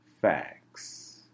Facts